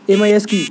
MIS কি?